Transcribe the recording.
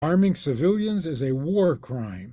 arming civilians is a war crime